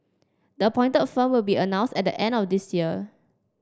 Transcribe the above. the appointed firm will be announced at the end of this year